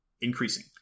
increasing